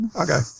Okay